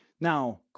now